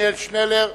עתניאל שנלר.